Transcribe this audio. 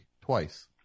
Twice